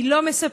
היא לא מספקת.